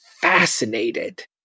fascinated